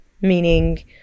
meaning